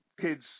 kids